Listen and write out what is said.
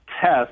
test